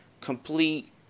complete